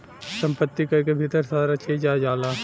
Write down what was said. सम्पति कर के भीतर सारा चीज आ जाला